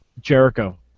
Jericho